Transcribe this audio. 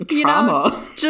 Trauma